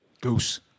Goose